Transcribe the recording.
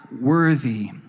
worthy